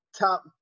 top